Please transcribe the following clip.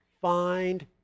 find